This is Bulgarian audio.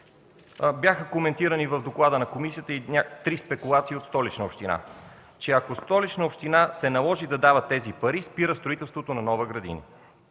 Бяха коментирани в доклада на комисията и три спекулации от Столична община – че ако се наложи Столична община да дава тези пари, спира строителството на нови градини.